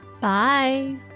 Bye